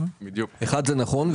אחד, זה נכון.